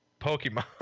Pokemon